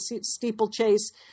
steeplechase